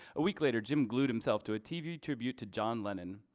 week later, jim glued himself to a tv tribute to john lennon,